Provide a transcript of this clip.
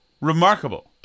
Remarkable